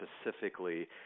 specifically